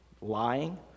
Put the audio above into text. lying